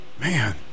man